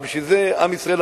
אבל בשביל זה עם ישראל,